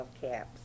caps